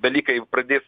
dalykai pradės